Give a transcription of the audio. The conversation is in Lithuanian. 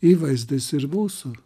įvaizdis ir mūsų